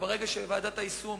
מרגע שוועדת היישום